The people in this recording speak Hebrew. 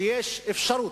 שיש אפשרות,